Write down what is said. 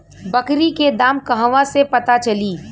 बकरी के दाम कहवा से पता चली?